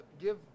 Give